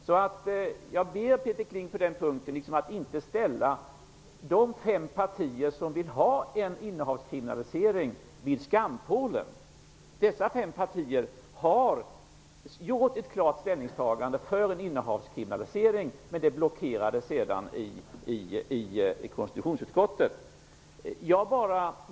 På den punkten ber jag Peter Kling att inte ställa de fem partier som vill ha en innehavskriminalisering vid skampålen. Dessa fem partier har gjort ett klart ställningstagande för en innehavskriminalisering, men det blockerades sedan i konstitutionsutskottet.